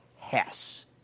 Hess